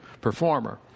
performer